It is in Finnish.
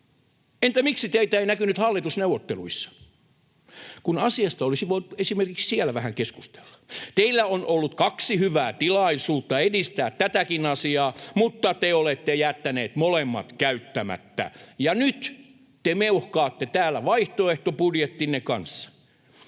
Entä miksi teitä ei näkynyt hallitusneuvotteluissa, kun asiasta olisi voinut esimerkiksi siellä vähän keskustella? Teillä on ollut kaksi hyvää tilaisuutta edistää tätäkin asiaa, mutta te olette jättäneet molemmat käyttämättä, ja nyt te meuhkaatte täällä vaihtoehtobudjettinne kanssa.